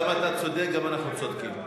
גם אתה צודק וגם אנחנו צודקים.